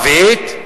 ערבית?